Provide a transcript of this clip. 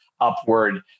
upward